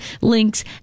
links